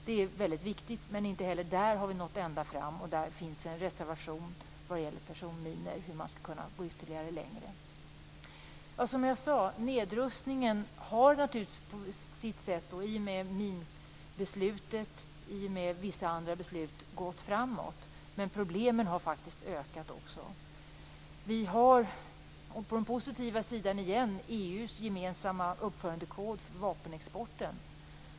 Det är mycket viktigt, men inte heller där har vi nått ända fram. Det finns en reservation som gäller personminor och hur man skall kunna gå ytterligare längre. Som jag sade har nedrustningen på sitt sätt, i och med minbeslutet och vissa andra beslut, gått framåt. Men problemen har faktiskt ökat också. På den positiva sidan har vi EU:s gemensamma uppförandekod för vapenexport.